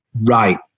Right